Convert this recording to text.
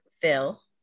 Phil